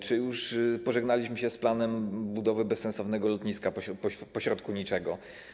Czy już pożegnaliśmy się z planem budowy bezsensownego lotniska pośrodku niczego?